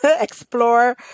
explore